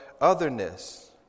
otherness